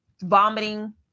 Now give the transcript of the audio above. vomiting